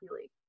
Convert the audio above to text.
League